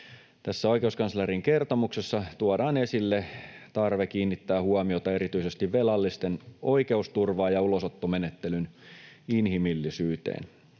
oikeuskanslerin kertomuksessa tuodaan esille tarve kiinnittää huomiota erityisesti velallisten oikeusturvaan ja ulosottomenettelyn inhimillisyyteen.